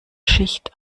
schicht